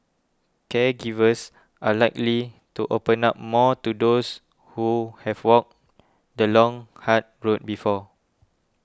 caregivers are likely to open up more to those who have walked the long hard road before